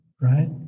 right